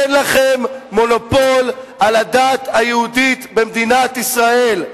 אין לכם מונופול על הדת היהודית במדינת ישראל.